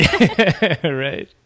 Right